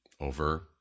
Over